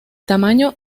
tamaño